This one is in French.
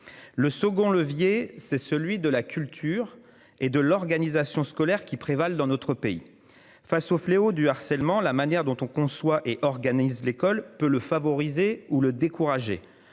Le second levier, c'est celui de la culture et de l'organisation scolaire qui prévalent dans notre pays. Face au fléau du harcèlement, la manière dont on conçoit et organise l'école peut le favoriser ou le décourager.